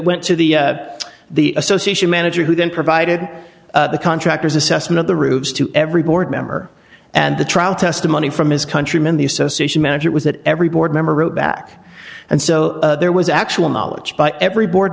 went to the the association manager who didn't provide the contractor's assessment of the rubes to every board member and the trial testimony from his countrymen the association manager was that every board member wrote back and so there was actual knowledge by every board